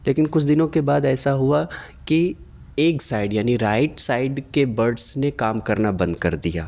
لیکن کچھ دنوں کے بعد ایسا ہوا کہ ایک سائڈ یعنی رائٹ سائڈ کے بڈس نے کام کرنا بند کر دیا